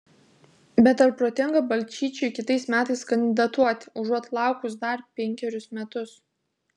bet ar protinga balčyčiui kitais metais kandidatuoti užuot laukus dar penkerius metus